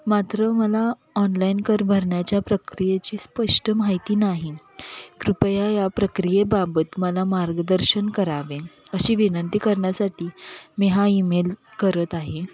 मात्र मला ऑनलाईन कर भरण्याच्या प्रक्रियेची स्पष्ट माहिती नाही कृपया या प्रक्रियेबाबत मला मार्गदर्शन करावे अशी विनंती करण्यासाठी मी हा ईमेल करत आहे